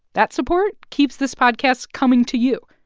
that support keeps this podcast coming to you.